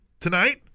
tonight